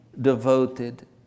devoted